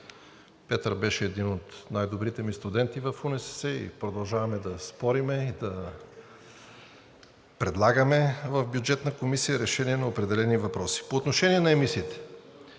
Петър беше един от най добрите ми студенти в УНСС и продължаваме да спорим и да предлагаме в Бюджетната комисия решения на определени въпроси. По отношение на емисиите